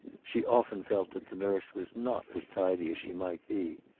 she often felt that the nurse was not as tidy as she might be.